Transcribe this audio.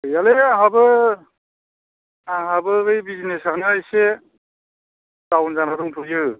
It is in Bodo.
गैयालै आंहाबो आंहाबो बै बिजनेसआनो एसे डाउन जाना दंथ'वो